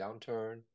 downturn